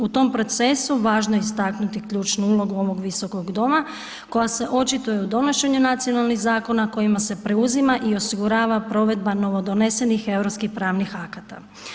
U tom procesu važno je istaknuti ključnu ulogu ovog Visokog doma koja se očituje u donošenju nacionalnih zakona kojima se preuzima i osigurava provedba novodonesenih europskih pravnih akata.